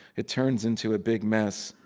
it turns into a big mess,